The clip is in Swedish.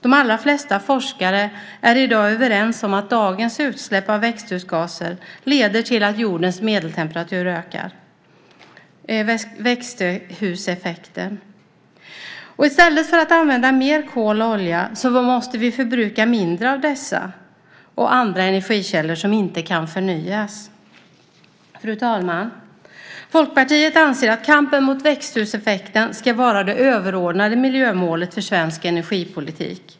De allra flesta forskare är i dag överens om att dagens utsläpp av växthusgaser leder till att jordens medeltemperatur ökar. Det är växthuseffekten. I stället för att använda mer kol och olja måste vi förbruka mindre av dessa och andra energikällor som inte kan förnyas. Fru talman! Folkpartiet anser att kampen mot växthuseffekten ska vara det överordnade miljömålet för svensk energipolitik.